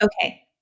Okay